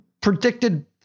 predicted